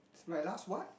it's my last what